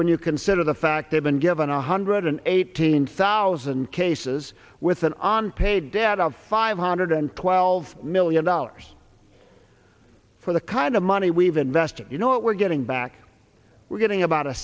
when you consider the fact they've been given a hundred and eighteen thousand cases with an on paid out of five hundred twelve million dollars for the kind of money we've invested you know what we're getting back we're getting about